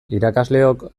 irakasleok